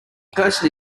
person